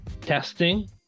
Testing